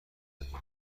دهیم